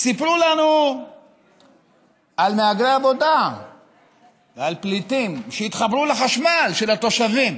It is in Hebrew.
סיפרו לנו על מהגרי עבודה ועל פליטים שהתחברו לחשמל של התושבים